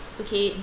okay